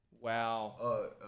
Wow